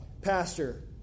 pastor